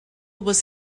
was